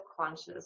conscious